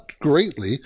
greatly